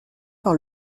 par